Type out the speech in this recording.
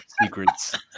Secrets